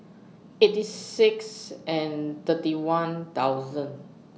eighty six and thirty one thousand